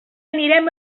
anirem